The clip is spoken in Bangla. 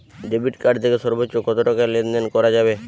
ডেবিট কার্ড থেকে সর্বোচ্চ কত টাকা লেনদেন করা যাবে?